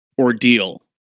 ordeal